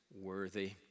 worthy